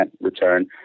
return